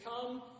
come